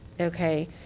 okay